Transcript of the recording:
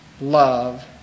love